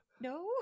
No